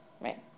right